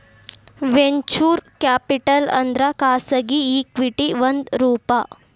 venture capital ಅಂದ್ರ ಖಾಸಗಿ equity ಒಂದ್ ರೂಪ